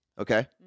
Okay